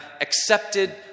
accepted